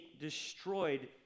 destroyed